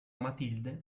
matilde